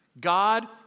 God